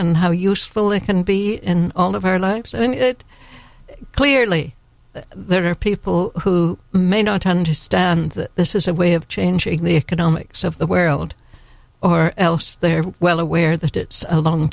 and how useful it can be in all of our lives and it clearly there are people who may not understand that this is a way of changing the economics of the wear old or else they're well aware that it's a long